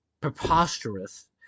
preposterous